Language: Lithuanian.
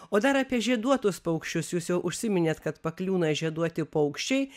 o dar apie žieduotus paukščius jūs jau užsiminėt kad pakliūna žieduoti paukščiai